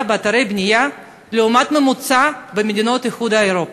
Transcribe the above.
באתרי בנייה לעומת הממוצע במדינות האיחוד האירופי.